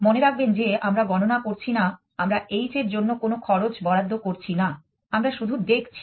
মনে রাখবেন যে আমরা গণনা করছি না আমরা h এর জন্য কোনো খরচ বরাদ্দ করছি না আমরা শুধু দেখছি